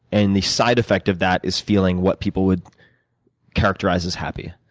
and the side effect of that is feeling what people would characterize as happy.